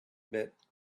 bit